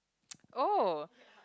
oh